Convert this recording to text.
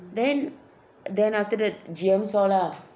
then then after that G_M saw lah